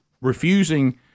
refusing